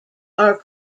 are